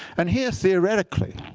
and here, theoretically,